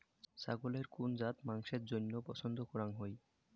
ছাগলের কুন জাত মাংসের জইন্য পছন্দ করাং হই?